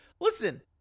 Listen